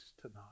tonight